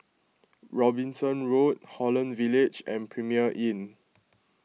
Robinson Road Holland Village and Premier Inn